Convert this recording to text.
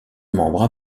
membres